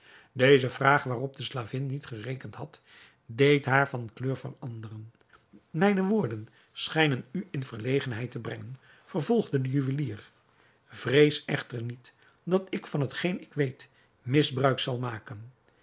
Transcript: deze vraag waarop de slavin niet gerekend had deed haar van kleur veranderen mijne woorden schijnen u in verlegenheid te brengen vervolgde de juwelier vrees echter niet dat ik van hetgeen ik weet misbruik zal maken